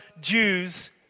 Jews